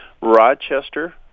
Rochester